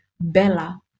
bella